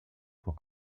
pour